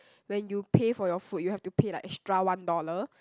when you pay for your food you have to pay extra one dollar